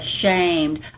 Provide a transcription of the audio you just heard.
ashamed